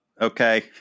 Okay